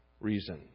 reason